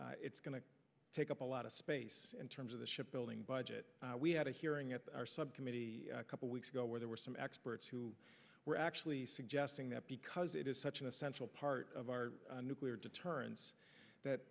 stride it's going to take up a lot of space in terms of the ship building budget we had a hearing at our subcommittee a couple weeks ago where there were some experts who were actually suggesting that because it is such an essential part of our nuclear deterrence that